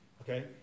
Okay